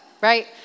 right